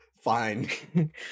Fine